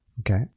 Okay